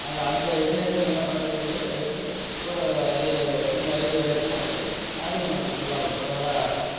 அந்த இதுலேருந்து நல்லா பழத்துலேர்ந்து எடுத்து ஒரு இது திரும்ப அதுலேருந்து வெதை எடுத்து தான் வச்சு அதுலேயும் நல்லா பரவலாக